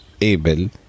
able